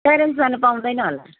parents जानु पाउँदैन होला